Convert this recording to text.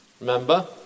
Remember